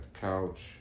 couch